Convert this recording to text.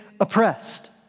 oppressed